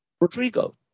Rodrigo